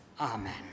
Amen